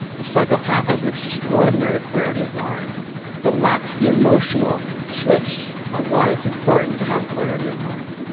the psychopath has an extraordinary clarity of mind but lacks the emotional switch onwhy it's important to have clarity of mind.